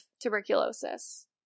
tuberculosis